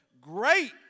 great